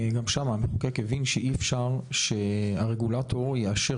המחוקק הבין שאי אפשר שהרגולטור יאשר